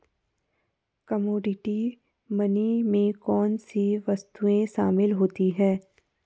Commodity money में कौन सी वस्तुएं शामिल होती हैं?